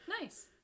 Nice